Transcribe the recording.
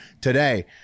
Today